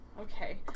Okay